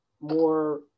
more